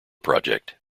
project